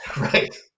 Right